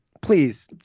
Please